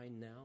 now